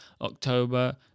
October